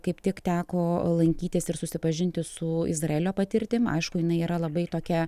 kaip tik teko lankytis ir susipažinti su izraelio patirtim aišku jinai yra labai tokia